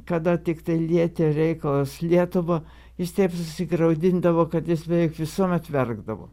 kada tiktai lietė reikalas lietuvą jis taip susigraudindavo kad jis beveik visuomet verkdavo